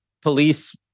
police